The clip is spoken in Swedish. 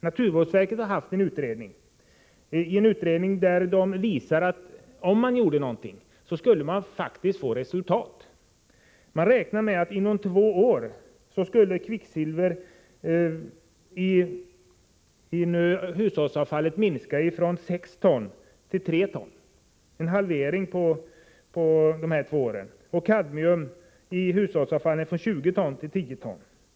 Naturvårdsverket har gjort en utredning, som visade att vissa åtgärder faktiskt skulle ge resultat. Man räknar med att inom två år skulle mängden kvicksilver i hushållsavfallet minska från 6 ton till 3 ton — alltså en halvering på de två åren. Man räknar vidare med att mängden kadmium i hushållsavfallet skulle minska från 20 ton till 10 ton.